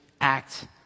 act